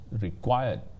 required